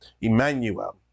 Emmanuel